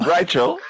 Rachel